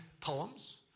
poems